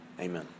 Amen